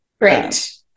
Great